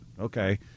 okay